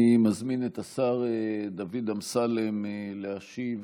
אני מזמין את השר דוד אמסלם להשיב